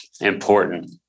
important